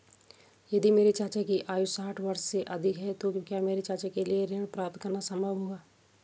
यदि मेरे चाचा की आयु साठ वर्ष से अधिक है तो क्या मेरे चाचा के लिए ऋण प्राप्त करना संभव होगा?